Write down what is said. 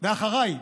אחריי